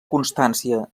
constància